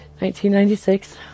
1996